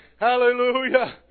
Hallelujah